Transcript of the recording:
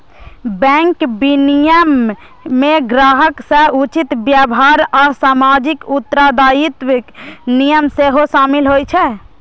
bank विनियमन मे ग्राहक सं उचित व्यवहार आ सामाजिक उत्तरदायित्वक नियम सेहो शामिल होइ छै